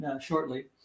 shortly